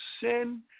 sin